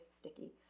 sticky